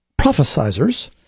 prophesizers